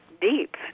deep